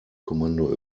kommando